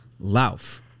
Lauf